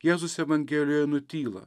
jėzus evangelijoje nutyla